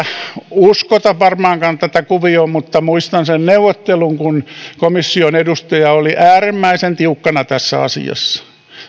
uskota varmaankaan mutta muistan sen neuvottelun kun komission edustaja oli äärimmäisen tiukkana tässä asiassa ja